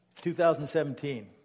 2017